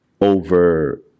over